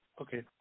Okay